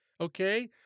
okay